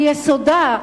מיסודה,